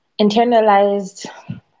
internalized